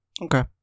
Okay